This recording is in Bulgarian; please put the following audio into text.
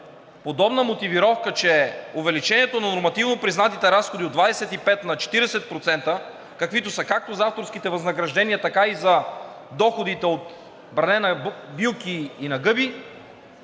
подобна мотивировка, че както увеличението на нормативно признатите разходи от 25 на 40%, каквито са както за авторските възнаграждения, така и доходите от бране на билки и на гъби